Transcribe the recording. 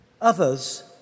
Others